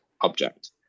object